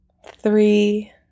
Three